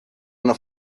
una